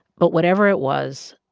but whatever it was,